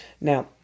Now